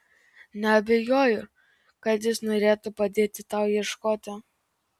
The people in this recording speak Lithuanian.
neabejoju kad jis norėtų padėti tau ieškoti